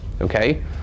okay